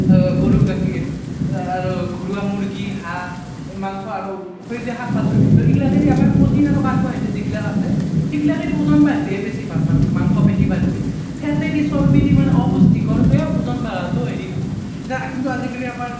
গৰুৰ গাখীৰ আৰু ঘৰুৱা মুৰ্গী হাঁহ মাংস আৰু সেউজীয়া শাক পাচলি ত' এইগিলাকেইদি আমাৰ প্ৰ'টিন আৰু কাৰ্বহাইড্ৰেট যিগিলাক আছে সিগিলাকেদি ওজন বাঢ়লিহে বেছি ভাল মানুহ মাংসপেশী বাঢ়লে ফেটেদি চৰ্বিদি মানে অপুষ্টিকৰভাৱে ওজন বাঢ়াটো হেৰি নহয় এতিয়া কিন্তু আজিকালি আমাৰ